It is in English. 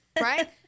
Right